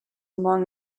among